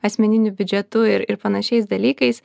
asmeniniu biudžetu ir ir panašiais dalykais